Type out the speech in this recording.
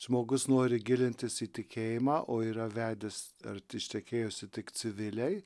žmogus nori gilintis į tikėjimą o yra vedęs ar ištekėjusi tik civiliai